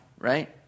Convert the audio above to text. right